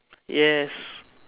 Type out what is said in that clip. yes